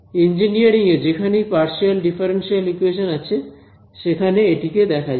engineering এ যেখানেই partial differential equation আছে সেখানে এটিকে দেখা যায়